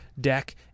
deck